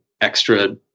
extra